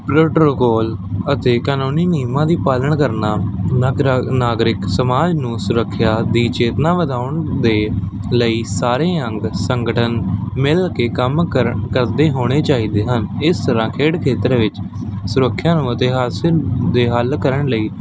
protocol ਅਤੇ ਕਾਨੂੰਨੀ ਨਿਯਮਾਂ ਦੀ ਪਾਲਣ ਕਰਨਾ ਨਾਗਰ ਨਾਗਰਿਕ ਸਮਾਜ ਨੂੰ ਸੁਰੱਖਿਆ ਦੀ ਚੇਤਨਾ ਵਧਾਉਣ ਦੇ ਲਈ ਸਾਰੇ ਅੰਗ ਸੰਗਠਨ ਮਿਲ ਕੇ ਕੰਮ ਕਰਨ ਕਰਦੇ ਹੋਣੇ ਚਾਹੀਦੇ ਹਨ ਇਸ ਤਰ੍ਹਾਂ ਖੇਡ ਖੇਤਰ ਵਿੱਚ ਸੁਰੱਖਿਆ ਨੂੰ ਅਤੇ ਹਾਦਸੇ ਦੇ ਹੱਲ ਕਰਨ ਲਈ